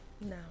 No